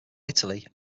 italy